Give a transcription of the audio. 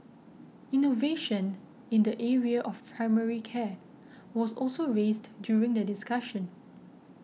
innovation in the area of primary care was also raised during the discussion